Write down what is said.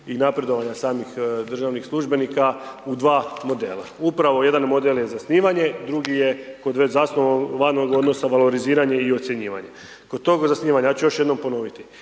i napredovanja samih državnih službenika u dva modela. Upravo jedan model je zasnivanje, drugi je kod već zasnovanog odnosa valoriziranja i ocjenjivanja. Kod tog zasnivanja, ja ću još jednom ponoviti,